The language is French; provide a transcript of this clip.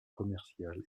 commercial